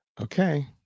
okay